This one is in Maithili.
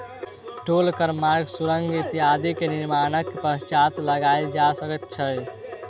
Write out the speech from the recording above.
टोल कर मार्ग, सुरंग इत्यादि के निर्माणक पश्चात लगायल जा सकै छै